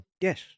Yes